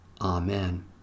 Amen